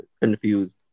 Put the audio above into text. confused